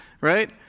right